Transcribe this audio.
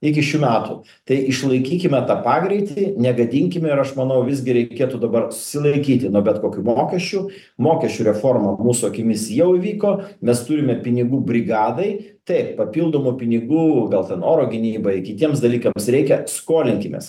iki šių metų tai išlaikykime tą pagreitį negadinkime ir aš manau visgi reikėtų dabar susilaikyti nuo bet kokių mokesčių mokesčių reforma mūsų akimis jau įvyko mes turime pinigų brigadai taip papildomų pinigų gal ten oro gynybai kitiems dalykams reikia skolinkimės